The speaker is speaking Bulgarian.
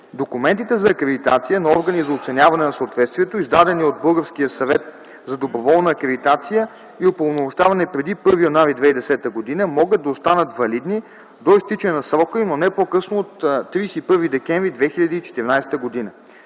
Документите за акредитация на органи за оценяване на съответствието, издадени от Българския съвет за доброволна акредитация и упълномощаване преди 01.01.2010 г., могат да останат валидни до изтичане на срока им, но не по-късно от 31.12.2014 г.